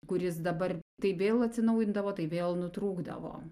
kuris dabar tai vėl atsinaujindavo tai vėl nutrūkdavo